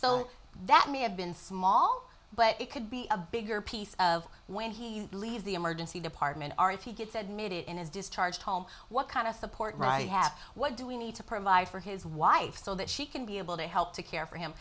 so that may have been small but it could be a bigger piece of when he leaves the emergency department or if he gets admitted in his discharged home what kind of support right you have what do we need to provide for his wife so that she can be able to help to care for him